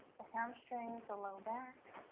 the hamstrings the low back